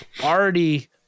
already